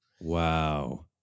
wow